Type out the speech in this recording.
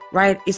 right